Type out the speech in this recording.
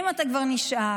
אם אתה כבר נשאר,